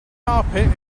carpet